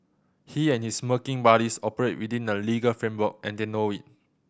he and his smirking buddies operate within the legal framework and they know it